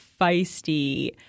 feisty